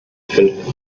fünf